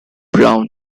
brown